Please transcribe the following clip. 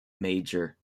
major